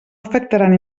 afectaran